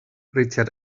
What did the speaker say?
richard